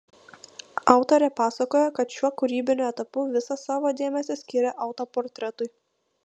autorė pasakojo kad šiuo kūrybiniu etapu visą savo dėmesį skiria autoportretui